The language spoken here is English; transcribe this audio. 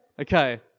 Okay